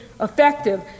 effective